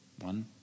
One